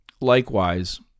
likewise